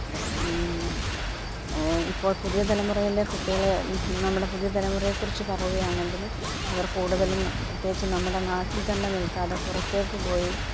ഇപ്പോള് പുതിയ തലമുറയിലെ കുട്ടികളെ നമ്മുടെ പുതിയ തലമുറയെക്കുറിച്ച് പറയുകയാണെങ്കിൽ അവര് കൂടുതലും പ്രത്യേകിച്ച് നമ്മുടെ നാട്ടില്ത്തന്നെ നില്ക്കാതെ പുറത്തേക്ക് പോയി